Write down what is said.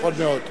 נכון מאוד.